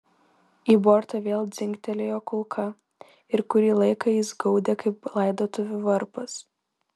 į bortą vėl dzingtelėjo kulka ir kurį laiką jis gaudė kaip laidotuvių varpas